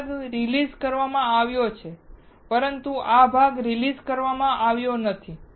આ ભાગ રિલીઝ કરવામાં આવ્યો છે પરંતુ આ ભાગ રિલીઝ કરવામાં આવ્યો નથી